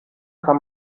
kann